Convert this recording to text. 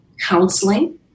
counseling